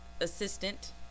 assistant